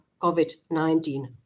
COVID-19